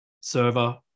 server